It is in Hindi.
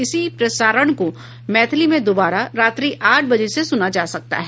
इसी प्रसारण को मैथिली में दोबारा रात्रि आठ बजे से सुना जा सकता है